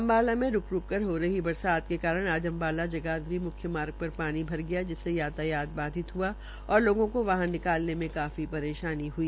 अम्बाला मे रूक रूक कर हो रही बरसात के कारण आज अम्बाला जगाधरी म्ख्य मार्ग पर पानी भर गया जिससे यातायात बाधित हआ और लोगों को वाहन निकालने के लिये काफी परेशानी हुई